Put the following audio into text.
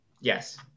Yes